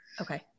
Okay